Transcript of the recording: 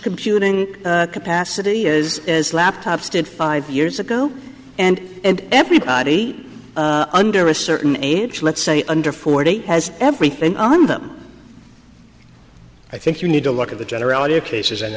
computing capacity is as laptops did five years ago and and everybody under a certain age let's say under forty has everything on them i think you need to look at the generality of cases and